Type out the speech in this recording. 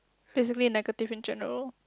basically negative in general